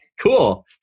cool